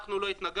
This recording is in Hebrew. אנחנו לא התנגדנו,